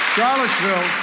Charlottesville